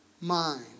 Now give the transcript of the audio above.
mind